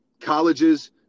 colleges